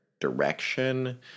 direction